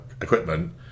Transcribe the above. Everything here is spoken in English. equipment